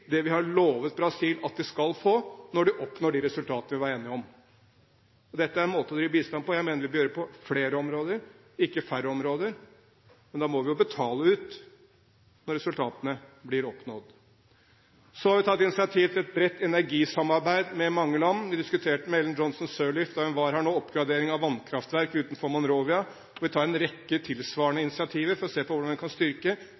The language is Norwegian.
det vi har lovet Brasil at de skal få når de oppnår de resultatene vi var enige om. Dette er en måte å drive bistand på som jeg mener vi bør bruke på flere områder, ikke på færre områder. Men da må vi jo betale ut når resultatene blir oppnådd. Så har vi tatt initiativ til et bredt energisamarbeid med mange land. Vi diskuterte med Ellen Johnson Sirleaf da hun var her nå, oppgradering av vannkraftverk utenfor Monrovia, og vi tar en rekke tilsvarende